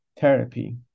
therapy